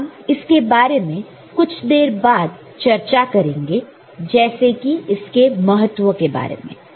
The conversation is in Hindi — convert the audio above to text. हम इसके बारे में कुछ देर बाद चर्चा करेंगे जैसे कि इसका महत्व के बारे में